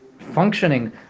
functioning